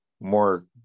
more